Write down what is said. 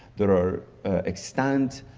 there are extent